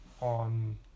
on